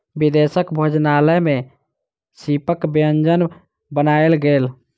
विदेशक भोजनालय में सीपक व्यंजन बनायल गेल